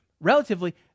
Relatively